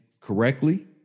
correctly